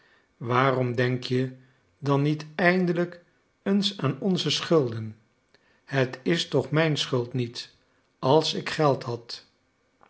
waarom denk je dan niet eindelijk eens aan onze schulden het is toch mijn schuld niet als ik geld had